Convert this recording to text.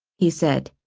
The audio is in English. he said.